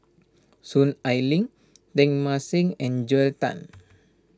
Soon Ai Ling Teng Mah Seng and Joel Tan